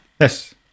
Yes